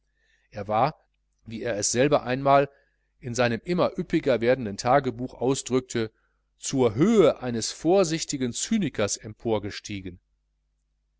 er war wie er es selber einmal in seinem immer üppiger werdenden tagebuch ausdrückte zur höhe eines vorsichtigen cynikers